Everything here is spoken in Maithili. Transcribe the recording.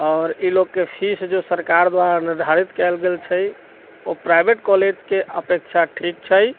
आओर ई लोगके फीस जो सरकार द्वारा निर्धारित कयल गेल छै ओ प्राइवेट कॉलेजके अपेक्षा ठीक छै